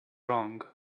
wrong